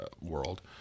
world